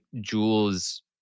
Jules